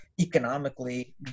Economically